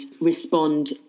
respond